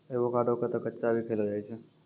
avocado क तॅ कच्चा भी खैलो जाय छै